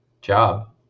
job